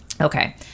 okay